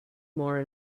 more